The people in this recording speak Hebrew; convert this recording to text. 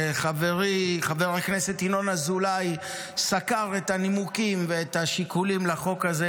חברי חבר הכנסת ינון אזולאי סקר את הנימוקים ואת השיקולים לחוק הזה,